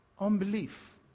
Unbelief